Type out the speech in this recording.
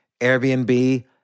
airbnb